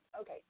Okay